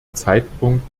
zeitpunkt